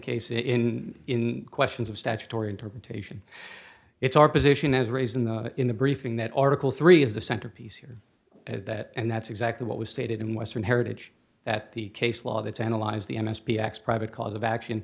case in in questions of statutory interpretation it's our position as raised in the in the briefing that article three is the centerpiece here at that and that's exactly what was stated in western heritage that the case law that tantalize the n s p x privat cause of action